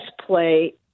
play